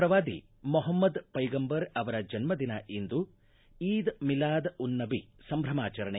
ಪ್ರವಾದಿ ಮೊಹಮ್ದ್ ಪೈಗಂಬರ್ ಅವರ ಜನ್ಮ ದಿನ ಇಂದು ಈದ್ ಮಿಲಾದ್ ಉನ್ ನಬಿ ಸಂಭಮಾಚರಣೆ